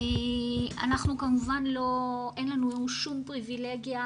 אנחנו כמובן אין לנו שום פריבילגיה,